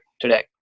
today